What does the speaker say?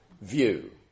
view